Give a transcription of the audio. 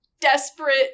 desperate